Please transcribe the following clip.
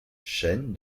chaîne